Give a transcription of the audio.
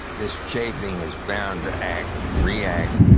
this chafing is bound to act and react,